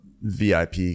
vip